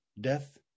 death